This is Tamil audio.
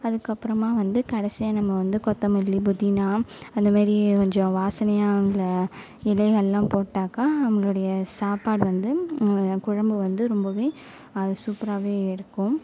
அதுக்கப்புறமா வந்து கடைசியாக நம்ம வந்து கொத்தமல்லி புதினா அந்த மாரி கொஞ்சம் வாசனையாக உள்ள இலைகள்லாம் போட்டாக்கா நம்மளோடைய சாப்பாடு வந்து குழம்பு வந்து ரொம்பவே அது சூப்பராகவே இருக்கும்